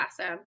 awesome